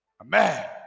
Amen